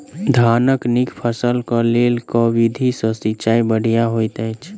धानक नीक फसल केँ लेल केँ विधि सँ सिंचाई बढ़िया होइत अछि?